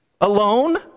Alone